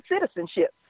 citizenship